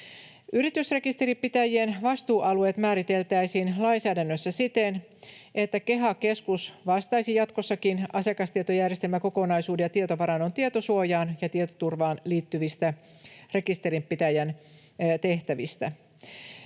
Yritysrekisterinpitäjien vastuualueet määriteltäisiin lainsäädännössä siten, että KEHA-keskus vastaisi jatkossakin asiakastietojärjestelmäkokonaisuuden ja tietovarannon tietosuojaan ja tietoturvaan liittyvistä rekisterinpitäjän tehtävistä.